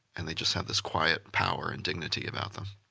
and they just have this quiet power and dignity about them.